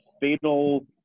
fatal